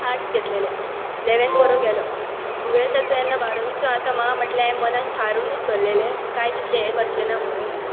arts घेतलेलें लॅवॅन बरो गेलो टुवॅल्ताचो एन्ना बारावेचो आतां म्हा म्हटलें हा मनांत थारोनूत दवरल्लेलें कांय तितलें हें करचें ना म्हुणून